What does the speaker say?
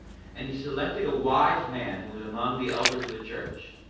and he selected a wise man who was among the elders of the church,